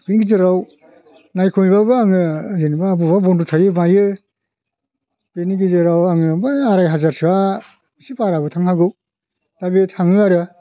बे नोजोराव नायख' हैबाबो आङो जेनोबा बबाबा बन्द थायो मायो बेनि गेजेराव आङो बै आराय हाजारसोआ एसे बाराबो थांनो हागौ दा बे थाङो आरो